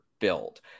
build